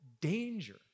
danger